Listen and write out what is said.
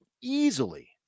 easily